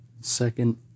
second